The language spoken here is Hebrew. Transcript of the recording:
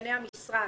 --- לענייני המשרד.